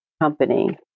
company